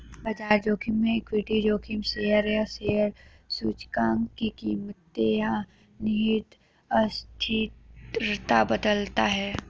बाजार जोखिम में इक्विटी जोखिम शेयर या शेयर सूचकांक की कीमतें या निहित अस्थिरता बदलता है